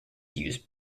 use